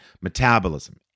metabolism